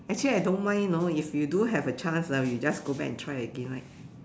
actually I don't mind you know if you do have the chance ah we just go back and try again right